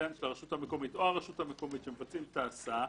זכיין של הרשות המקומית או הרשות המקומית שמבצעים את ההסעה.